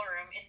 room